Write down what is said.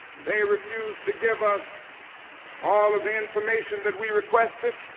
they refused to give us all of the information that we requested,